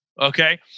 Okay